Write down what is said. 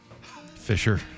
Fisher